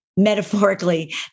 Metaphorically